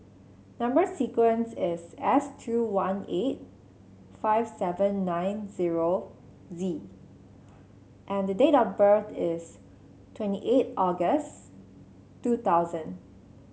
number sequence is S two one eight five seven nine zero Z and the date of birth is twenty eight August two thousand